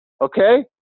Okay